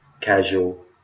casual